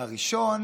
הראשון